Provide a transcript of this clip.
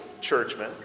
churchman